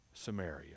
Samaria